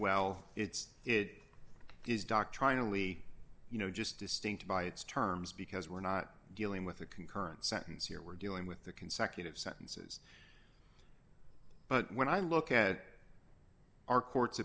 well it's it is doctrinally you know just distinct by its terms because we're not dealing with a concurrent sentence here we're dealing with the consecutive sentences but when i look at our court's